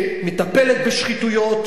שמטפלת בשחיתויות,